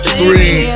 three